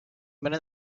meinen